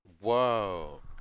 whoa